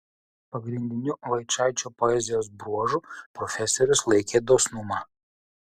pagrindiniu vaičaičio poezijos bruožu profesorius laikė dosnumą